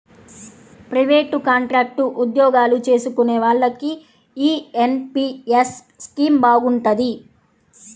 private, contract ఉద్యోగాలు చేసుకునే వాళ్లకి యీ ఎన్.పి.యస్ స్కీమ్ బాగుంటది